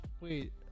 Wait